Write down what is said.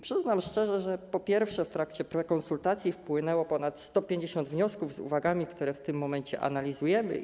Przyznam szczerze, że po pierwsze w trakcie prekonsultacji wpłynęło ponad 150 wniosków z uwagami, które w tym momencie analizujemy.